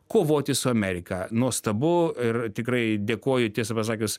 kovoti su amerika nuostabu ir tikrai dėkoju tiesą pasakius